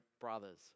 brothers